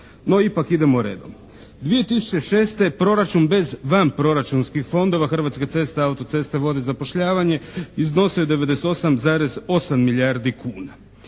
No ipak idemo redom. 2006. proračun bez vanproračunskih fondova Hrvatske ceste, autoceste, vode zapošljavanje iznosio je 98,8 milijardi kuna.